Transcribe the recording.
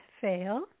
fail